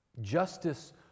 Justice